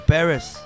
Paris